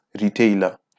retailer